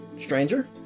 stranger